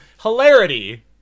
hilarity